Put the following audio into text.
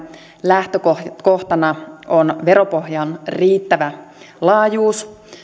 lähtökohtana on veropohjan riittävä laajuus